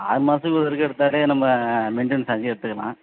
ஆறு மாசத்துக்கு ஒரு தடக்க எடுத்தாலே நம்ம மெயிண்ட்டெனன்ஸ் சார்ஜ்னு எடுத்துக்கலாம்